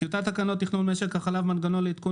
תקנות תכנון משק החלב (מנגנון לעדכון